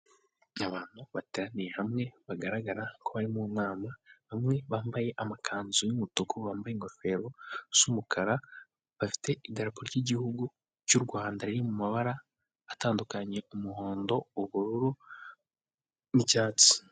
Abantu bateraniye hamwe bagaragara ko bari mu nama, bamwe bambaye amakanzu y'umutuku bambaye ingofero z'umukara bafite idarapo ry'igihugu cy'u Rwanda riri mu mabara atandukanye umuhondo, ubururu n'icyatsi.